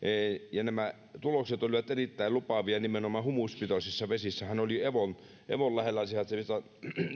nämä tulokset olivat erittäin lupaavia nimenomaan humuspitoisissa vesissä hän oli evon evon lähellä sijaitsevista